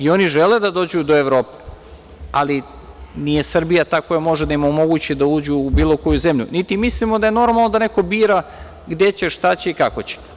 Oni žele da dođu do Evrope, ali nije Srbija ta koja može da im omogući da uđu u bilo koju zemlju, niti mislimo da je normalno da neko bira gde će, šta će i kako će.